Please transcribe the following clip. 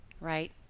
right